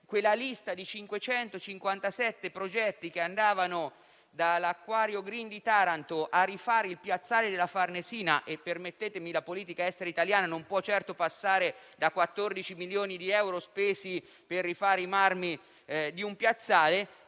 quella lista di 557 progetti che andavano dall'acquario *green* di Taranto a rifare il piazzale della Farnesina (permettetemi, la politica estera italiana non può certo passare dai 14 milioni di euro spesi per rifare i marmi di un piazzale).